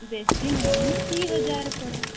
ବେଶୀ ନୁହେଁମ ଦୁଇହଜାର ପଡ଼େ